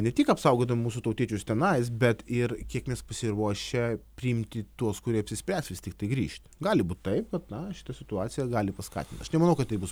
ne tik apsaugodami mūsų tautiečius tenais bet ir kiek mes pasiruošę priimti tuos kurie apsispręs vis tiktai grįžt gali būt taip kad na šita situacija gali paskatint aš nemanau kad tai bus